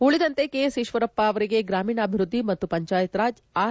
ಉಳಿದಂತೆ ಕೆಎಸ್ ಈಶ್ವರಪ್ಪಗೆ ಗ್ರಾಮೀಣಾಭಿವೃದ್ದಿ ಮತ್ತು ಪಂಚಾಯತ್ ರಾಜ್ ಆರ್